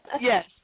Yes